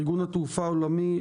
ארגון חברות התעופה הבין-לאומי,